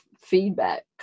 feedback